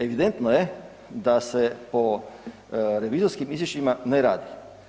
Evidentno je da se po revizorskim izvješćima ne radi.